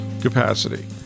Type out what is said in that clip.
capacity